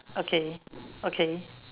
okay okay